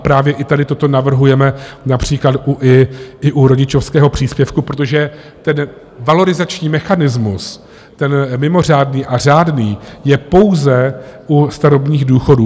Právě i tady toto navrhujeme například i u rodičovského příspěvku, protože ten valorizační mechanismus, ten mimořádný a řádný, je pouze u starobních důchodů.